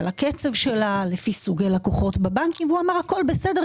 על הקצב שלה לפי סוגי לקוחות בבנקים והוא אמר 'הכול בסדר,